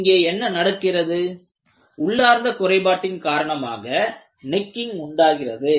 இங்கே என்ன நடக்கிறது உள்ளார்ந்த குறைபாட்டின் காரணமாக நெக்கிங் உண்டாகிறது